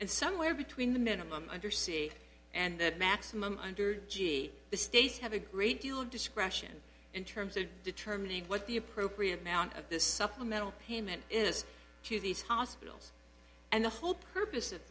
and somewhere between the minimum under ca and the maximum under g the states have a great deal of discretion in terms of determining what the appropriate noun of the supplemental payment is to these hospitals and the whole purpose of